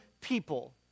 People